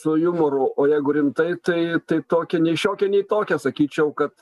su jumoru o jeigu rimtai tai tai tokia nei šiokia nei tokia sakyčiau kad